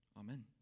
Amen